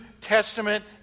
Testament